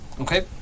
Okay